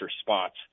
spots